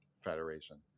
federation